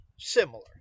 similar